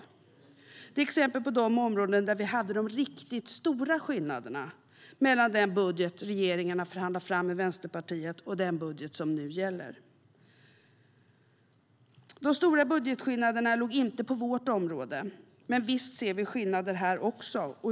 Det är exempel på de områden där vi hade de riktigt stora skillnaderna mellan den budget regeringen har förhandlat fram med Vänsterpartiet och den budget som nu gäller.De stora budgetskillnaderna låg inte på vårt område, men visst ser vi skillnader här också.